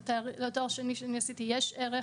לתואר השני שעשיתי יש ערך.